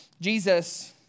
Jesus